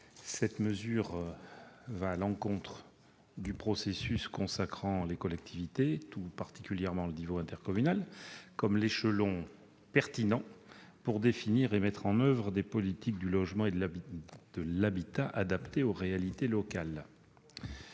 Cette mesure va à l'encontre du processus consacrant les collectivités, tout particulièrement l'échelon intercommunal, comme l'échelon pertinent pour définir et mettre en oeuvre des politiques du logement et de l'habitat adaptées aux réalités locales.